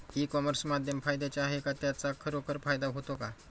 E commerce माध्यम फायद्याचे आहे का? त्याचा खरोखर फायदा होतो का?